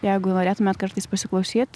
jeigu norėtumėt kartais pasiklausyt